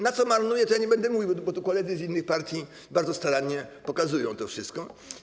Na co marnuje, to ja nie będę mówił, bo koledzy z innych partii bardzo starannie pokazują to wszystko.